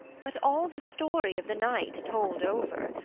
but all the story of the night told over,